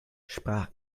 sprach